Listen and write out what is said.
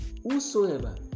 whosoever